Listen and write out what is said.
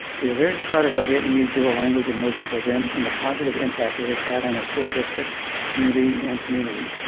we are very proud of our vietnamese dual language immersion program and the positive impact it has had on our school district community and community.